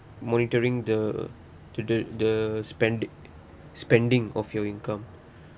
monitoring the to the the spending spending of your income